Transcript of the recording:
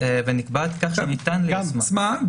כך שניתן ליישמה".